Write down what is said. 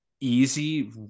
easy